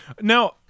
Now-